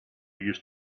used